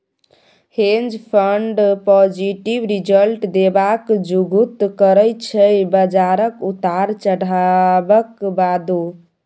हेंज fund positive result देबाक जुगुत करय छै बजारक उतार चढ़ाबक बादो